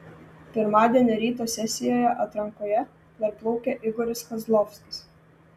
pirmadienio ryto sesijoje atrankoje dar plaukė igoris kozlovskis